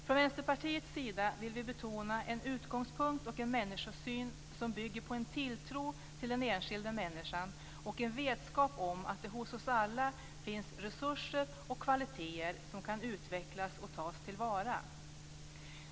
Från Vänsterpartiets sida vill vi betona en utgångspunkt och en människosyn som bygger på en tilltro till den enskilda människan och en vetskap om att det hos oss alla finns resurser och kvaliteter som kan utvecklas och tas till vara.